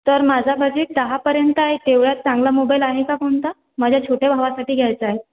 तर माझा बजेट दहापर्यंत आहे तेवढ्यात चांगला मोबाईल आहे का कोणता माझ्या छोट्या भावासाठी घ्यायचा आहे